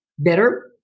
Better